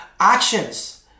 actions